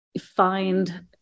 find